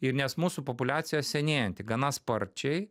ir nes mūsų populiacija senėjanti gana sparčiai